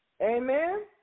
Amen